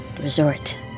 Resort